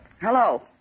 Hello